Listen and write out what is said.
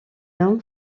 homme